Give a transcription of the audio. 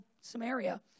Samaria